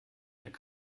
dann